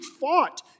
fought